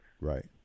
Right